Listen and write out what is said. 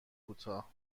کوتاه